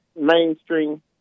Mainstream